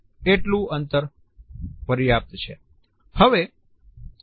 એટલું અંતર પર્યાપ્ત છે